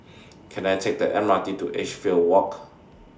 Can I Take The M R T to Edgefield Walk